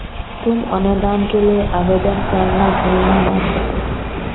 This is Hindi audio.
तुम अनुदान के लिए आवेदन करना भूलना मत